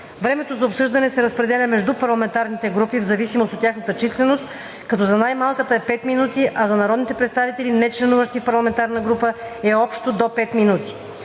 Времето за обсъждане се разпределя между парламентарните групи в зависимост от тяхната численост, като за най-малката е 5 минути, а за народните представители, нечленуващи в парламентарна група, е общо до 5 минути.